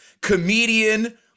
comedian